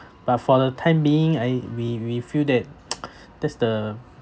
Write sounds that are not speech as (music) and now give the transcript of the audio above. but for the time being I we we feel that (noise) that's the